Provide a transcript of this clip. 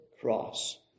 cross